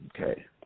Okay